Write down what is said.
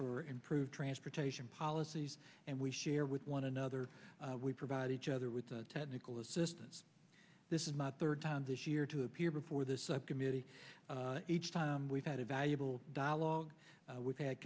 for improved transportation policies and we share with one another we provide each other with technical assistance this is not third time this year to appear before the subcommittee each time we've had a valuable dialogue we've had